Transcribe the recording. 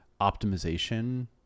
optimization